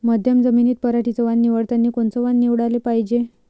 मध्यम जमीनीत पराटीचं वान निवडतानी कोनचं वान निवडाले पायजे?